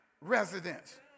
residents